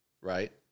right